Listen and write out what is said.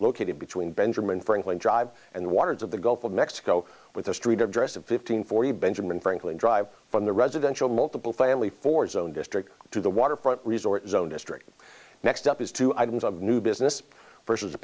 located between benjamin franklin drive and waters of the gulf of mexico with a street address of fifteen forty benjamin franklin drive from the residential multiple family for zone district to the waterfront resort zone district the next step is two items of new business versus